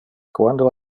quando